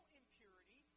impurity